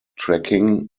tracking